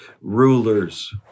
rulers